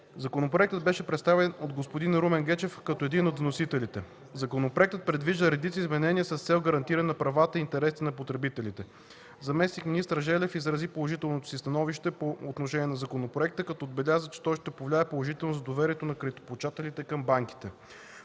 Законопроектът беше представен от господин Румен Гечев, като един от вносителите. Законопроектът предвижда редица изменения с цел гарантиране на правата и интересите на потребителите. Заместник-министър Желев изрази положително становище по отношение на законопроекта като отбеляза, че той ще повлияе положително за доверието на кредитополучателите към банките.